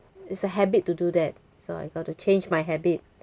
it's a habit to do that so I got to change my habit